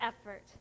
effort